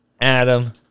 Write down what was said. Adam